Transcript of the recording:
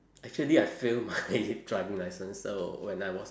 actually I fail my driving licence so when I was